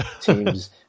teams